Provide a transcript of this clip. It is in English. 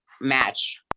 match